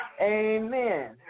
Amen